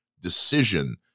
decision